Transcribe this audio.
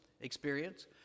experience